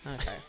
Okay